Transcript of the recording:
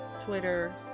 Twitter